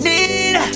Need